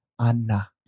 Anna